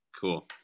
Cool